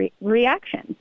reactions